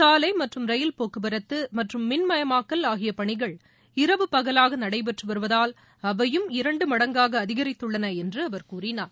சாலை மற்றும் ரயில் போக்குவரத்து மற்றும் மின்மயமாக்கல் ஆகிய பணிகள் இரவு பகலாக நடைபெற்று வருவதால் அவையும் இரண்டு மடங்காக அதிகரித்துள்ளன என்று அவர் கூறினார்